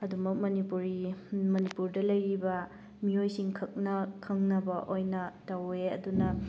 ꯑꯗꯨꯃꯛ ꯃꯅꯤꯄꯨꯔꯤ ꯃꯅꯤꯄꯨꯔꯗ ꯂꯩꯔꯤꯕ ꯃꯤꯑꯣꯏꯁꯤꯡꯈꯛꯅ ꯈꯪꯅꯕ ꯑꯣꯏꯅ ꯇꯧꯋꯦ ꯑꯗꯨꯅ